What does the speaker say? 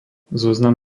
zoznam